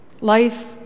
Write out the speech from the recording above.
Life